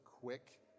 quick